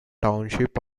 township